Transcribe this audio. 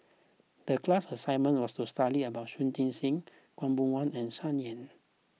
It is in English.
the class assignment was to study about Shui Tit Sing Khaw Boon Wan and Sun Yee